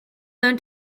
known